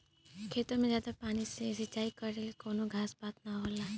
खेतन मे जादा पानी से सिंचाई करे से कवनो घास पात ना होला